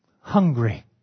hungry